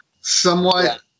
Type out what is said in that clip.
somewhat